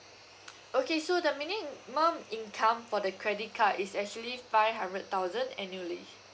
okay so the minimum income for the credit card is actually five hundred thousand annually